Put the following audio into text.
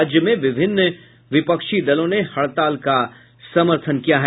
राज्य में विभिन्न विपक्षी दलों ने हड़ताल का समर्थन किया है